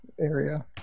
area